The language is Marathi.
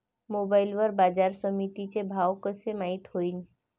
मोबाईल वर बाजारसमिती चे भाव कशे माईत होईन?